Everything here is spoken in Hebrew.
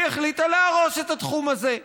והיא החליטה להרוס את התחום הזה.